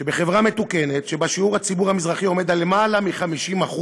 שבחברה מתוקנת שבה שיעור הציבור המזרחי עומד על למעלה מ-50%,